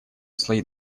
слои